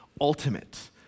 ultimate